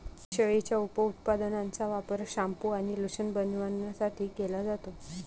शेळीच्या उपउत्पादनांचा वापर शॅम्पू आणि लोशन बनवण्यासाठी केला जातो